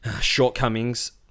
shortcomings